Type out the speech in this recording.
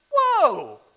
whoa